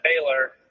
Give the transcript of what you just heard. Baylor